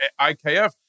IKF